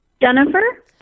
Jennifer